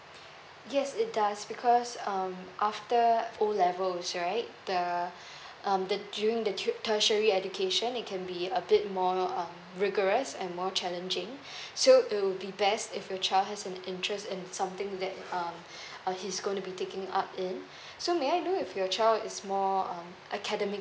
yes it does because um after O levels right the um the during the tertiary education it can be a bit more um rigorous and more challenging so it will be best if your child have some interest in something that um uh he's gonna be taking up in so may I know if your child is more um academic